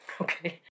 Okay